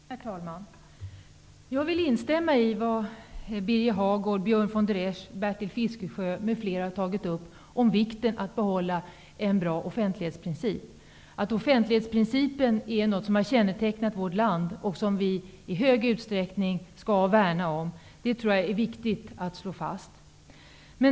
Herr talman! Jag vill instämma i det som Birger har sagt om vikten av att behålla en bra offentlighetsprincip. Offentlighetsprincipen har kännetecknat vårt land, och den skall vi i stor utsträckning värna om. Det är viktigt att slå fast.